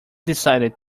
decided